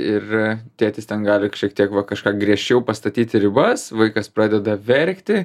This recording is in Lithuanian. ir tėtis ten gali šiek tiek va kažką griežčiau pastatyti ribas vaikas pradeda verkti